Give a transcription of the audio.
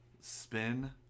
Spin